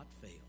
fail